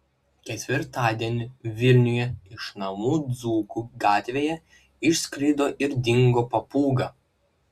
ketvirtadienį vilniuje iš namų dzūkų gatvėje išskrido ir dingo papūga